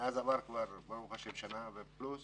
מאז עברה שנה פלוס